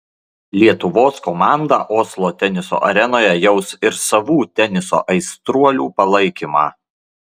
lietuvos komandą oslo teniso arenoje jaus ir savų teniso aistruolių palaikymą